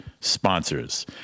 Sponsors